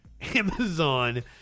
Amazon